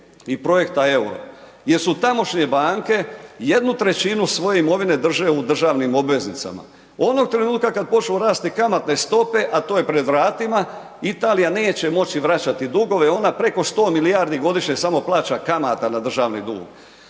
i projekta euro jer tamošnje banke 1/3 svoje imovine drže u državnim obveznicama. Onog trenutka kad počnu rasti kamatne stope a to je pred vratima, Italija neće moći vraćati dugove, ona preko 100 milijardi godišnje samo plaća kamata na državni dug.